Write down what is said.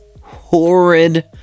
Horrid